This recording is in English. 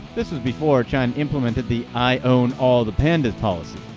this was before china implemented the i own all the pandas policy.